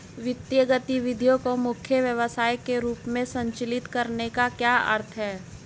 वित्तीय गतिविधि को मुख्य व्यवसाय के रूप में संचालित करने का क्या अर्थ है?